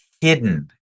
hidden